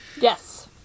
Yes